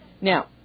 Now